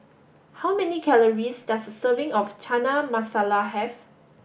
how many calories does a serving of Chana Masala have